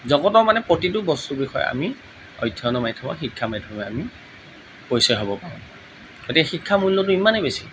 জগতৰ মানে প্ৰতিটো বস্তুৰ বিষয়ে আমি অধ্যয়নৰ মাধ্যমত শিক্ষাৰ মাধ্যমে আমি পৰিচয় হ'ব পাৰোঁ গতিকে শিক্ষাৰ মূল্যটো ইমানেই বেছি